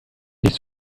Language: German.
nicht